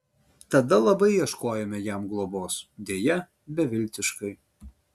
tada labai ieškojome jam globos deja beviltiškai